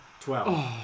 Twelve